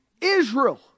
Israel